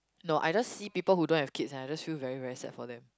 no I just see people who don't have kids and I just feel very very sad for them